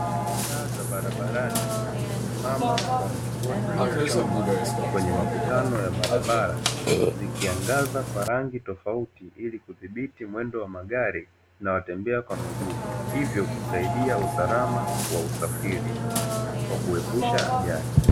Taa za barabarani zimesimama kwa mlingoti wa chuma kwenye makutano ya barabara, zikiangaza kwa rangi tofauti ili kudhibiti mwendo wa magari na watembea kwa miguu, hivyo kusaidia usalama wa usafiri kwa kuepusha ajali.